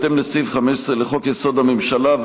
בהתאם לסעיף 15 לחוק-יסוד: הממשלה,